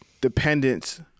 dependence